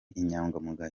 inyangamugayo